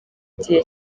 gihe